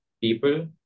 people